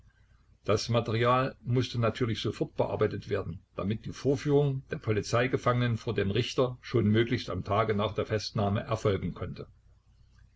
das material mußte natürlich sofort bearbeitet werden damit die vorführung der polizeigefangenen vor dem richter schon möglichst am tage nach der festnahme erfolgen konnte